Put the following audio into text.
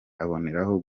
aboneraho